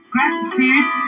Gratitude